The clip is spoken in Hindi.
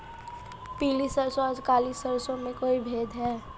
पीली सरसों और काली सरसों में कोई भेद है?